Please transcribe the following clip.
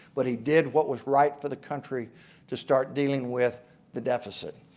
but he did what was right for the country to start dealing with the deficit.